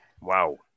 Wow